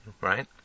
right